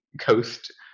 coast